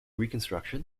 reconstruction